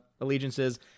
allegiances